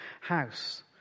house